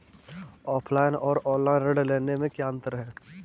Offline और online ऋण लेने में क्या अंतर है?